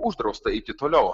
uždrausta eiti toliau